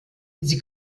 sie